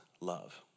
love